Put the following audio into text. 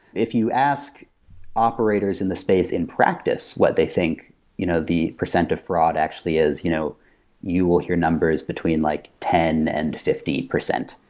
if you ask operators in the space in practice what they think you know the percent of fraud actually is, you know you will hear numbers between like ten percent and fifty percent.